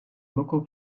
local